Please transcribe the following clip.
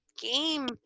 game